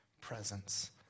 presence